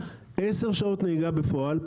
10 שעות נהיגה בפועל,